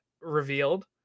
revealed